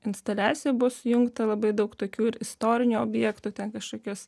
instaliacijoj buvo sujungta labai daug tokių ir istorinių objektų ten kažkokios